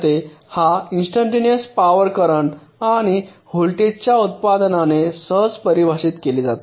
पहा instantaneous power current आणि व्होल्टेजच्या उत्पादनाने सहज परिभाषित केली जाते